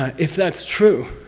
if that's true,